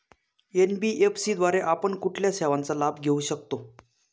NBFC द्वारे आपण कुठल्या सेवांचा लाभ घेऊ शकतो?